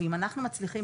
ואם אנחנו מצליחים,